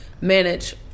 manage